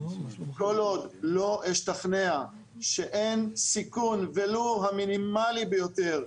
כל עוד לא אשתכנע שאין סיכון ולו המינימלי ביותר,